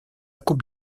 coupe